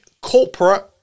corporate